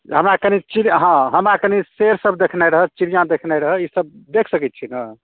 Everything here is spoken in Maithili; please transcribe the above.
हमरा कनि चिड़ हाँ हमरा कनि शेर सभ देखनाइ रहऽ चिड़िआ देखनाइ रहै ई सभ देखि सकैत छियै ने